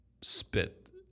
spit